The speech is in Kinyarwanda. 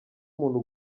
umuntu